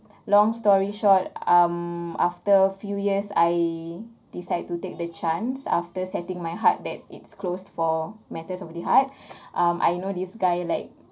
long story short um after few years I decide to take the chance after setting my heart that it's closed for matters of the heart um I know this guy like